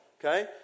okay